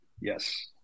Yes